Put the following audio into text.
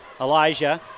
Elijah